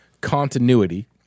continuity